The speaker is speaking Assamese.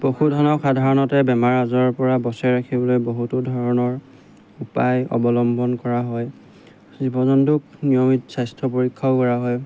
পশুধনক সাধাৰণতে বেমাৰ আজাৰৰ পৰা বচাই ৰাখিবলৈ বহুতো ধৰণৰ উপায় অৱলম্বন কৰা হয় জীৱ জন্তুক নিয়মিত স্বাস্থ্য পৰীক্ষাও কৰা হয়